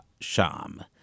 Sham